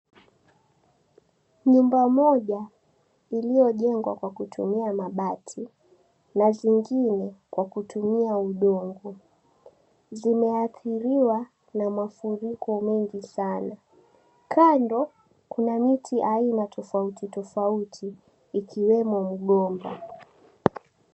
Nyumba moja iliyo jengwa kwa kutumia mabati na zingine kwa kutumia udongo zimeadhiriwa na mafuriko mengi saana. Kando kuna miti aina tofauti tofauti ikiwemo mgomba.